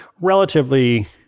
relatively